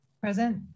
Present